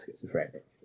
schizophrenic